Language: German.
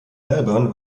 melbourne